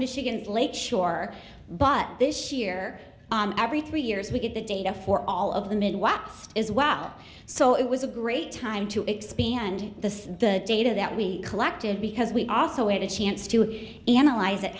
michigan lake shore but this year every three years we get the data for all of them in watts is wow so it was a great time to expand the data that we collected because we also had a chance to analyze it